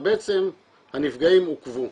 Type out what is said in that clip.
ובעצם הנפגעים עוכבו.